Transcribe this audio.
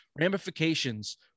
ramifications